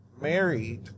married